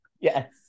yes